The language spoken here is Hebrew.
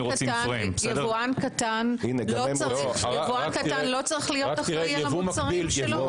שיבואן קטן לא צריך להיות אחראי על המוצרים שלו?